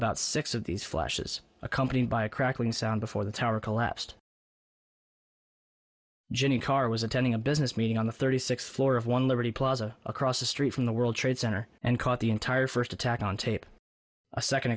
about six of these flashes accompanied by a crackling sound before the tower collapsed jimmy carr was attending a business meeting on the thirty sixth floor of one liberty plaza across the street from the world trade center and caught the entire first attack on tape a second